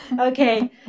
Okay